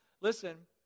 Listen